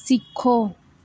सिक्खो